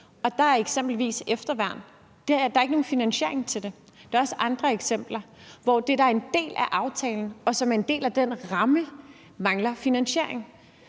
at kigge på efterværn, og der er ikke nogen finansiering til det. Der er også andre eksempler, hvor noget, der er en del af aftalen, og som er en del af den ramme, mangler finansiering.